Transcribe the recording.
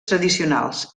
tradicionals